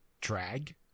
drag